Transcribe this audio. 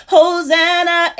Hosanna